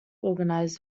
organize